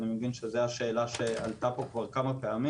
אגיד באופן כללי.